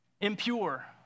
impure